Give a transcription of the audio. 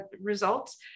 results